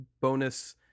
bonus